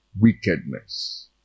Wickedness